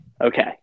okay